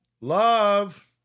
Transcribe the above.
Love